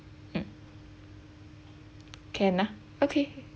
mm can lah okay